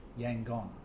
Yangon